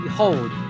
Behold